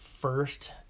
first